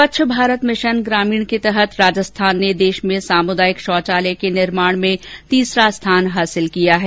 स्वच्छ भारत मिशन ग्रामीण के तहत राजस्थान ने देश में सामुदायिक शौचालय के निर्माण में तीसरा स्थान हासिल किया है